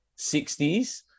60s